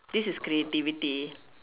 this is creativity